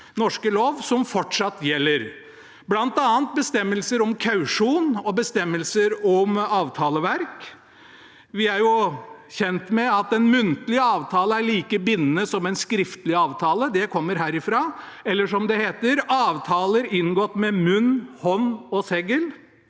Norske Lov som fortsatt gjelder, bl.a. bestemmelser om kausjon og bestemmelser om avtaleverk. Vi er jo kjent med at en muntlig avtale er like bindende som en skriftlig avtale, og det kommer herifra – eller som det heter: avtaler inngått «med Mund, Haand og Segl».